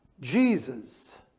Jesus